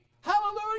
Hallelujah